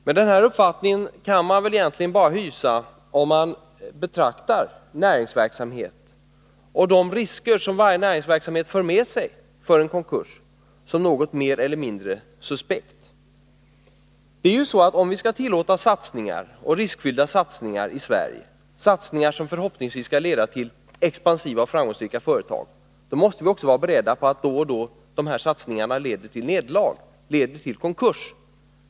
Men den uppfattningen kan man väl hysa bara om man betraktar näringsverksamhet och de risker för konkurs som varje näringsverksamhet för med sig som något mer eller mindre suspekt. Om vi i Sverige skall tillåta riskfyllda satsningar, som förhoppningsvis skall leda till expansiva och framgångsrika företag, då måste vi också vara beredda på att dessa satsningar då och då leder till nederlag, till konkurs.